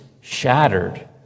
shattered